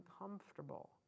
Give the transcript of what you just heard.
uncomfortable